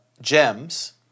gems